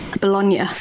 bologna